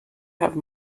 have